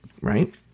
right